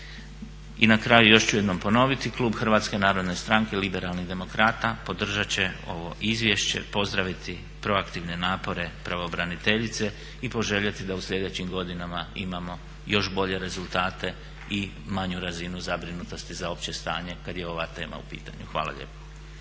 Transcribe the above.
Na kraju još ću jednom ponoviti klub Hrvatske narodne stranke – liberalnih demokrata podržat će ovo izvješće, pozdraviti proaktivne napore pravobraniteljice i poželjeti da u sljedećim godinama imamo još bolje rezultate i manju razinu zabrinutosti za opće stanje kad je ova tema u pitanju. Hvala lijepa.